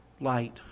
light